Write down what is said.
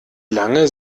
lange